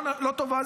לא טובה,